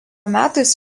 metais